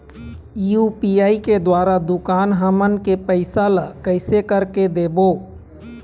UPI के द्वारा दुकान हमन के पैसा ला कैसे कर के देबो?